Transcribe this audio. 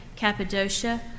Cappadocia